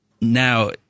now